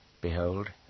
Behold